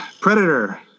Predator